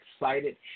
excited